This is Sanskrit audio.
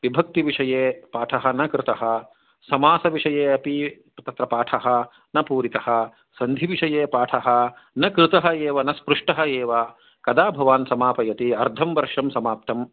विभक्तिविषये पाठ न कृत समासविषये अपि तत्र पाठ न पूरित सन्धि विषये पाठ न कृत एव न न स्पृष्ट एव कदा भवान् समापयति अर्धं वर्षं समाप्तम्